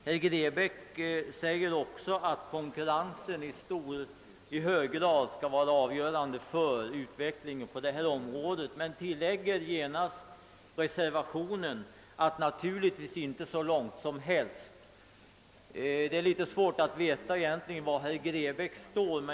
Herr Grebäck säger också att konkurrensen i hög grad skall vara avgörande för utvecklingen på detta område men — tillägger han reservationsvis — naturligtvis inte hur långt som helst. Det är svårt att veta var herr Grebäck egentligen står.